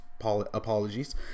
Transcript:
Apologies